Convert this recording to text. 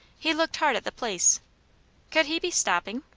he looked hard at the place could he be stopping?